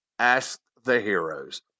#AskTheHeroes